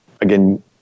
Again